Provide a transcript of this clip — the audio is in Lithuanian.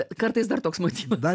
kartais dar toks motyvas